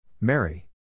Mary